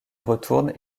retourne